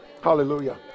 Hallelujah